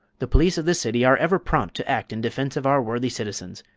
the police of this city are ever prompt to act in defense of our worthy citizens.